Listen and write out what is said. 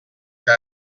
que